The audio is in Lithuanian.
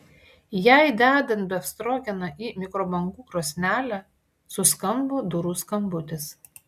jai dedant befstrogeną į mikrobangų krosnelę suskambo durų skambutis